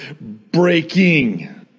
breaking